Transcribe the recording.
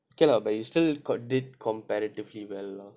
okay lah but you still got did comparatively well lah is okay